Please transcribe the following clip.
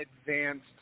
advanced